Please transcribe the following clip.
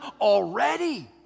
already